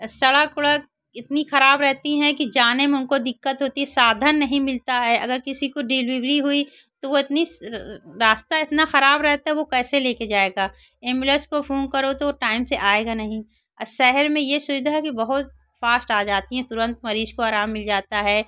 सड़क उड़क इतनी ख़राब रहती है कि जाने में उनको दिक़्क़त होती है साधन नहीं मिलता है अगर किसी को डीवलीवली हुई तो वह इतना रास्ता इतना ख़राब रहता है वे कैसे लेकर जाएगा एम्बुलेंस को फोन करो तो वे टाइम से आएगा नहीं शहर में यह सुविधा है कि बहुत फास्ट आ जाती हैं तुरंत मरीज़ को आराम मिल जाता है